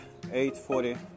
8.40